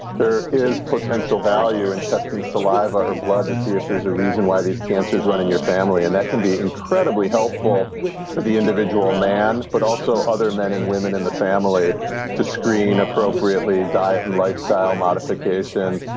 there is potential value in testing saliva or blood to see if there's a reason why these cancers run in your family. and that can be incredibly helpful for the individual man, but also other men and women in the family to screen appropriately diet and lifestyle modifications.